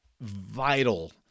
vital